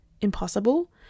impossible